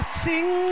sing